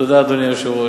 תודה, אדוני היושב-ראש.